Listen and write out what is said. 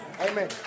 Amen